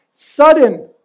Sudden